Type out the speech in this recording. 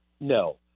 No